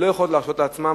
ולא יכולות להרשות לעצמן.